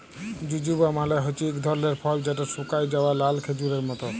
জুজুবা মালে হছে ইক ধরলের ফল যেট শুকাঁয় যাউয়া লাল খেজুরের মত